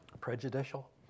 Prejudicial